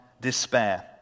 despair